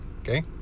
okay